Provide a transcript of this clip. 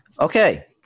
Okay